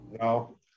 No